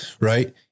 right